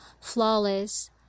flawless